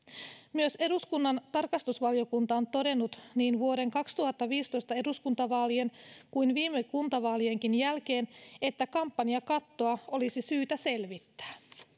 myös eduskunnan tarkastusvaliokunta on todennut niin vuoden kaksituhattaviisitoista eduskuntavaalien kuin viime kuntavaalienkin jälkeen että kampanjakattoa olisi syytä selvittää